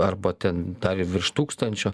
arba ten tarė virš tūkstančio